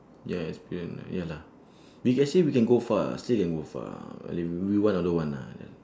ya experience ah ya lah we can say we can go far still can go far but if we want or don't want ah